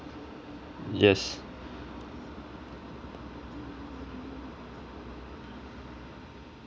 yes